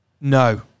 No